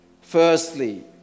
Firstly